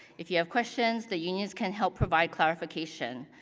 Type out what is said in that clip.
if you have questions, the unions can help provide clarification.